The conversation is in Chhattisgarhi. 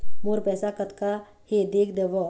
मोर पैसा कतका हे देख देव?